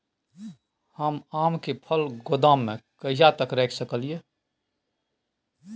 हम आम के फल गोदाम में कहिया तक रख सकलियै?